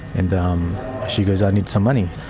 and um she goes, i need some money.